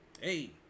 Hey